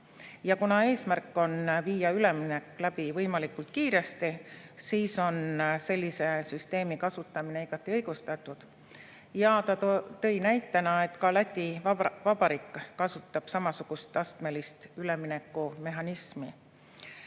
Ja kuna eesmärk on viia üleminek läbi võimalikult kiiresti, siis on sellise süsteemi kasutamine igati õigustatud. Ta tõi näite, et ka Läti Vabariik kasutab samasugust astmelist üleminekumehhanismi.